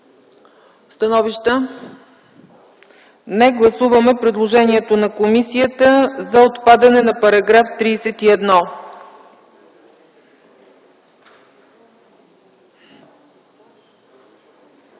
Становища? Няма. Гласуваме предложението на комисията за отпадане на § 31.